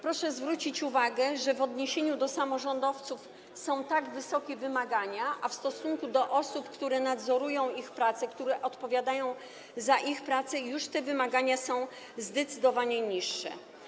Proszę zwrócić uwagę, że w odniesieniu do samorządowców są to wysokie wymagania, a w stosunku do osób, które nadzorują ich pracę, które odpowiadają za ich pracę, już te wymagania są zdecydowanie mniejsze.